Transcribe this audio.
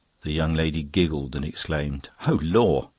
the young lady giggled and exclaimed, oh, lor'!